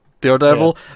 Daredevil